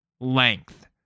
length